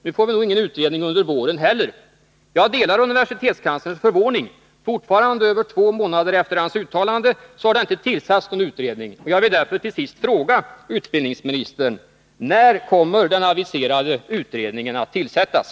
Nu får vi nog ingen utredning under våren heller.” Jag delar universitetskanslerns förvåning. Fortfarande, över två månader efter hans uttalande, har det inte tillsatts någon utredning. Jag vill därför till sist fråga utbildningsministern: När kommer den aviserade utredningen att tillsättas?